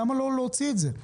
למה לא להוציא את זה?